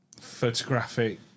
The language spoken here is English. photographic